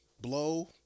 Blow